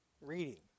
reading